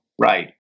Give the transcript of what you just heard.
right